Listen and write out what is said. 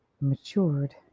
matured